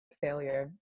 failure